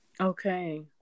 Okay